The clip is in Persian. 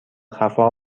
خفا